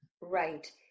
Right